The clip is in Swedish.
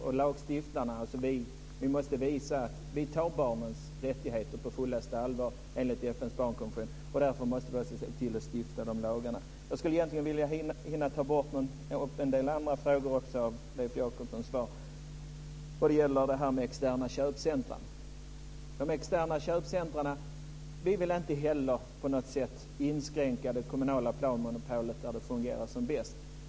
Vi lagstiftare måste visa att vi tar barnens rättigheter på fullaste allvar enligt FN:s barnkonvention. Därför måste vi också se till att stifta sådana lagar. Jag skulle vilja hinna ta upp en del andra frågor i Leif Jakobssons svar också. Det gäller de externa köpcentrumen. Vi vill inte heller på något sätt inskränka det kommunala planmonopolet där det fungerar som bäst.